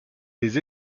des